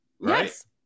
Yes